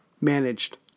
managed